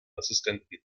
assistenten